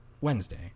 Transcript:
Wednesday